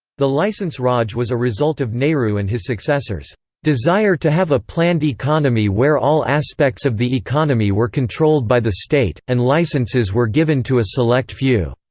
the licence raj was a result of nehru and his successors' desire to have a planned economy where all aspects of the economy were controlled by the state, and licences were given to a select few.